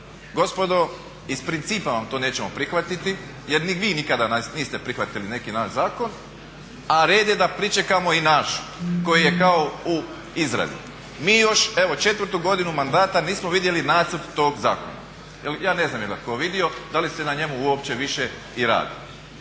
gospodo iz principa vam to nećemo prihvatiti jer ni vi nikada niste prihvatili neki naš zakon a red je da pričekamo i naš koji je kao u izradi. Mi još evo 4.-tu godinu mandata nismo vidjeli nacrt tog zakona. Ja ne znam je ga tko vidio, da li se na njemu uopće više i radi.